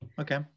okay